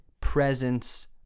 presence